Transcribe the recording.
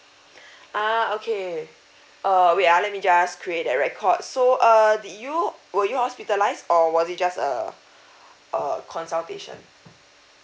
ah okay uh wait ah let me just create that record so err did you would you hospitalise or was it just uh a consultation